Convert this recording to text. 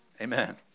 Amen